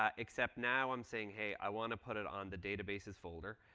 um except now i'm saying, hey, i want to put it on the database's folder,